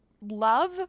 love